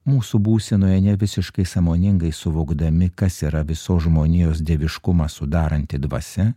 mūsų būsenoje ne visiškai sąmoningai suvokdami kas yra visos žmonijos dieviškumą sudaranti dvasia